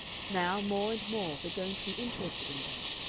now, more and more, we're going to be interested in them,